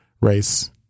race